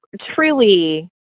truly